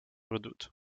redoute